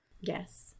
Yes